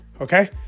okay